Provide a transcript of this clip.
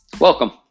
Welcome